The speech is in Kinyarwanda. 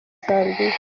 zambia